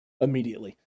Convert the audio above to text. immediately